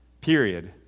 period